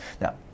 Now